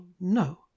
no